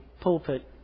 pulpit